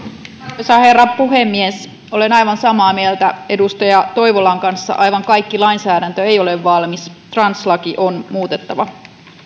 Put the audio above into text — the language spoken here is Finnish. arvoisa herra puhemies olen aivan samaa mieltä edustaja toivolan kanssa aivan kaikki lainsäädäntö ei ole valmis translaki on muutettava